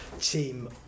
team